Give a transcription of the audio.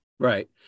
Right